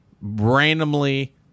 randomly